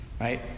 right